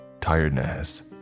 Tiredness